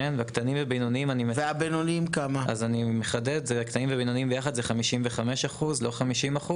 הקטנים והבינוניים יחד הם 55%, ולא 50%,